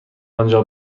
آنجا